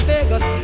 Vegas